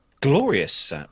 glorious